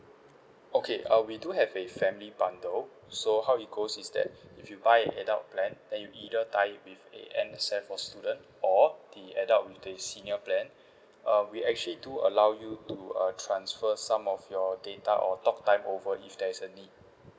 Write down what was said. okay uh we do have a family bundle so how it goes is that if you buy an adult plan then you either tied with a N_S_F or student or the adult with the senior plan uh we actually do allow you to uh transfer some of your data or talk time over if there's a need